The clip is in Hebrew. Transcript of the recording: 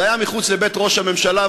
זה היה מחוץ לבית ראש הממשלה,